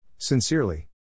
Sincerely